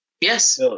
Yes